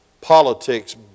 politics